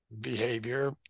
behavior